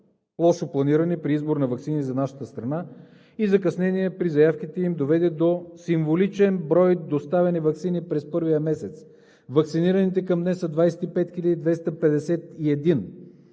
лошо планиране при избор на ваксини за нашата страна и закъснение при заявките им доведе до символичен брой доставени ваксини през първия месец. Ваксинираните към днес са 25 251.